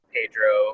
Pedro